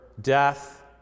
death